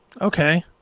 okay